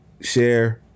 share